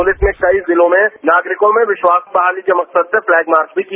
police ने कई जिलों में नागारिकों में विश्वास बहाली के मकसद से प्लैग मार्च भी किया